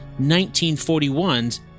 1941's